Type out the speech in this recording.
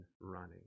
running